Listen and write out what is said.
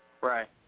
Right